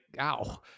ow